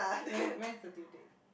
when when is the due date